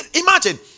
Imagine